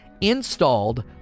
installed